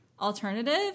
alternative